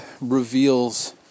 reveals